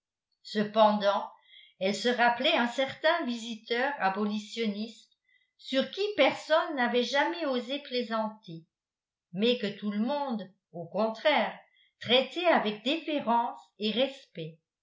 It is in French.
cependant elle se rappelait un certain visiteur abolitioniste sur qui personne n'avait jamais osé plaisanter mais que tout le monde au contraire traitait avec déférence et respect